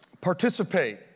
participate